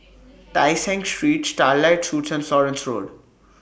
Tai Seng Street Starlight Suites and Florence Road